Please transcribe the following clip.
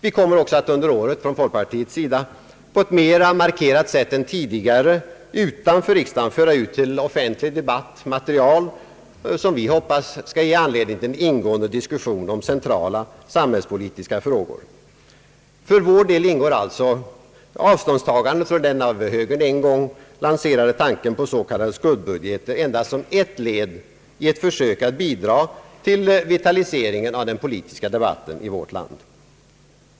Vi kommer också att under året från folkpartiets sida på ett mer markerat sätt än tidigare utanför riksdagen föra ut till offentlig debatt material för en, som vi hoppas, ingående diskussion om centrala samhällspolitiska frågor. För vår del ingår alltså avståndstagandet från den av högern en gång lanserade tanken på så kallade skuggbudgeter endast som ett led i ett försök att bidra till en vitalisering av den politiska debatten i vårt land.